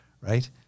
right